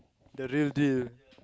the real deal